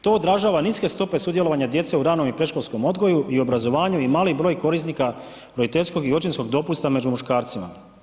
To odražava niske stope sudjelovanja djece u ranom i predškolskom odgoju i obrazovanju i mali broj korisnika roditeljskog i očinskog dopusta među muškarcima.